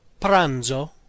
Pranzo